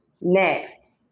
Next